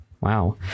Wow